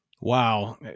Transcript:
Wow